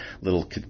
little